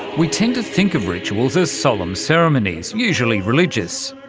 we tend to think of rituals as solemn ceremonies, usually religious.